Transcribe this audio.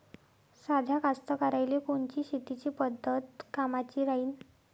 साध्या कास्तकाराइले कोनची शेतीची पद्धत कामाची राहीन?